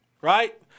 right